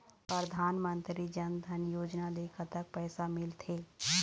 परधानमंतरी जन धन योजना ले कतक पैसा मिल थे?